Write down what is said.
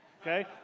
okay